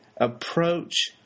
approach